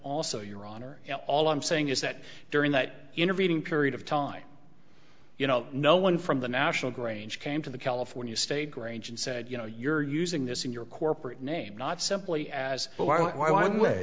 also your honor all i'm saying is that during that intervening period of time you know no one from the national grange came to the california state grange and said you know you're using this in your corporate name not simply as well i'm way